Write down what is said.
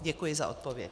Děkuji za odpověď.